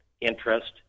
interest